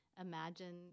Imagine